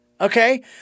okay